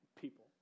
people